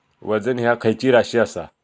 वजन ह्या खैची राशी असा?